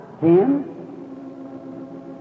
Ten